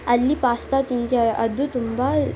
ಅಲ್ಲಿ ಪಾಸ್ತಾ ತಿಂದೆ ಅದು ತುಂಬ